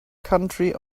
country